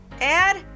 Add